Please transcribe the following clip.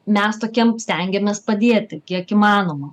mes tokiem stengiamės padėti kiek įmanoma